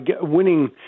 winning